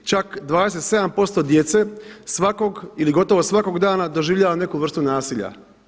Čak 27% djece svakog ili gotovo svakog dana doživljava neku vrstu nasilja.